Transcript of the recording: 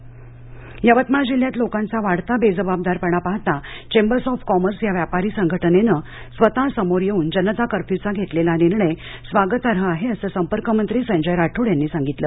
व्यापारी जनता कर्फ्य यवतमाळ यवतमाळ जिल्ह्यात लोकांचा वाढता बेजबाबदारपणा पाहता चेंबर्स ऑफ कॉमर्स या व्यापारी संघटनेने स्वत समोर येऊन जनता कर्फ्यू चा घेतलेला निर्णय स्वागतार्ह आहे असं संपर्क मंत्री संजय राठोड यांनी सांगितलं